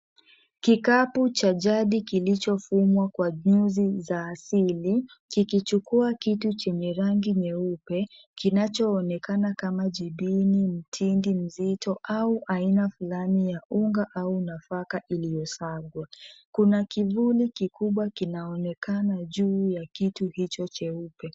Kikapu cha jadi kilichofumwa kwa nyuzi za asili, kikichukua kiti chenye rangi nyeupe kinachoonekana kama jibini mtindi mzito au aina fulani ya unga au nafaka ilyosagwa. Kuna kivuli kikubwa kinaonekana juu ya kitu hicho cheupe.